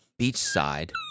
beachside